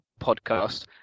podcast